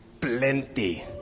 plenty